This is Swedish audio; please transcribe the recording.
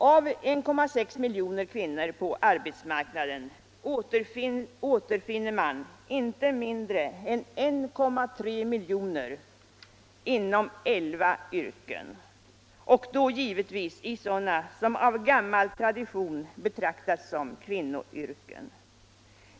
Av 1,6 miljoner kvinnor på arbetsmarknaden återfinner man inte mindre än 1,3 miljoner inom elva yrken, givetvis i sådana som av gammal tradition betraktats som kvinnoyrken.